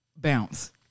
Bounce